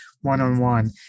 one-on-one